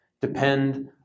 depend